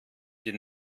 die